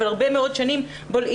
אבל הרבה מאוד שנים בולעים,